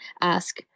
ask